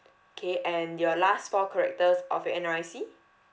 K and your last four characters of your N_R_I_C